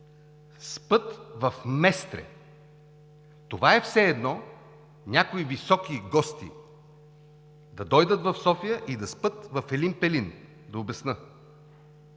спят в Местре. Това е все едно някои високи гости да дойдат в София и да спят в Елин Пелин – да обясня.